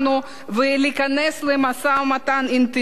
ולהיכנס למשא-ומתן אינטנסיבי,